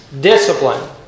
discipline